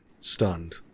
stunned